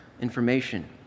Information